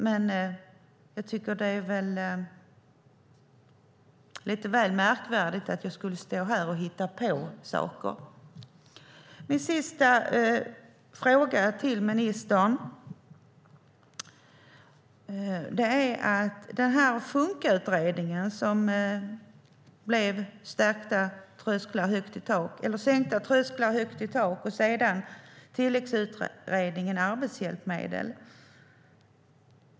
Men jag tycker att det vore lite väl märkligt om jag skulle stå här och hitta på saker. FunkA-utredningen blev Sänkta trösklar, högt i tak och sedan tilläggsutredningen om arbetshjälpmedel.